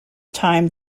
time